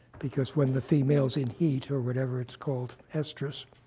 because when the female's in heat, or whatever it's called estrus